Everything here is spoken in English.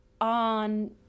on